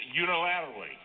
unilaterally